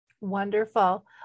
Wonderful